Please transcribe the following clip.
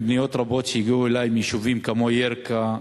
מפניות רבות שהגיעו אלי מיישובים כמו ירכא,